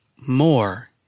more